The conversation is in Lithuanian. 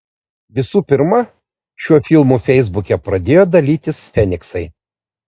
visų pirma šiuo filmu feisbuke pradėjo dalytis feniksai